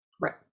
right